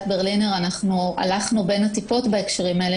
ברלינר אנחנו הלכנו בין הטיפות בהקשרים האלה.